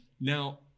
now